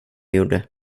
gjorde